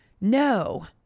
No